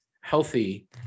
healthy